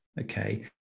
Okay